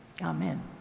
Amen